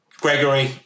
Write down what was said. Gregory